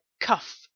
cuff